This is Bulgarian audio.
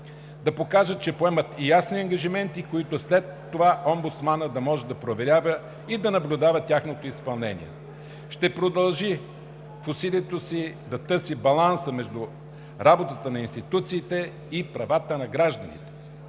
да покажат, че поемат ясни ангажименти, които след това омбудсманът да може да проверява и да наблюдава тяхното изпълнение. Ще продължи в усилието си да търси баланса между работата на институциите и правата на гражданите.